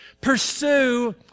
Pursue